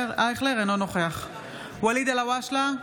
אייכלר, אינו נוכח ואליד אלהואשלה,